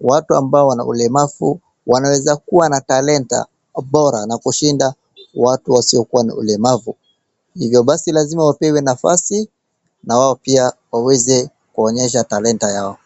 Watu ambao wana ulemavu wanaweza kuwa na talanta bora na kushinda watu wasio na ulemavu hivyo basi wapewe nafasi nao pia waweze kuonyesha talanta yao.